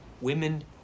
women